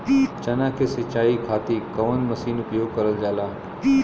चना के सिंचाई खाती कवन मसीन उपयोग करल जाला?